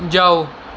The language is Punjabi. ਜਾਓ